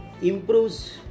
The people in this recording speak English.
Improves